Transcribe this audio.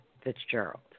Fitzgerald